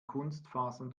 kunstfasern